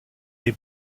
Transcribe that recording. les